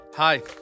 Hi